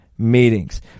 meetings